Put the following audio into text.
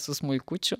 su smuikučiu